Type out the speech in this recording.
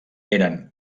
eren